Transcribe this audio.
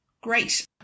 great